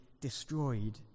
destroyed